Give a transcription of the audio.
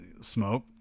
smoke